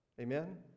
Amen